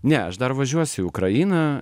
ne aš dar važiuosiu į ukrainą